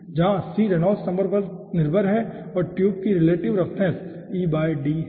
जहाँ c Reynolds number पर निर्भर है और ट्यूब की रिलेटिव रफनेस e d है ठीक है